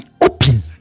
open